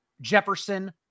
Jefferson